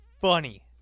funny